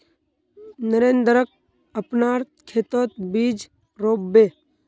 नरेंद्रक अपनार खेतत बीज रोप बे